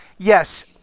Yes